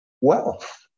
wealth